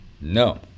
no